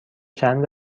چند